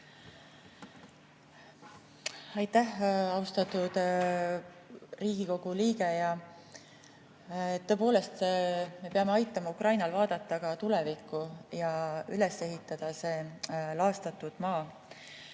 Aitäh, austatud Riigikogu liige! Tõepoolest, me peame aitama Ukrainal vaadata ka tulevikku. See laastatud maa